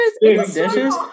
Dishes